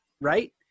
right